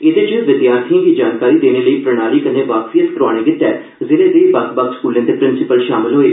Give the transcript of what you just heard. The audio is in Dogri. एहदे च विद्यार्थिएं गी जानकारी देने लेई प्रणाली कन्नै वाकफियत करोआने लेई जिले दे बक्ख बक्ख स्कूलें दे प्रिंसिपल शामल होए